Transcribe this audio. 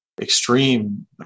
extreme